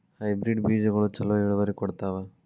Hybrid ಬೇಜಗೊಳು ಛಲೋ ಇಳುವರಿ ಕೊಡ್ತಾವ?